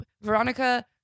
Veronica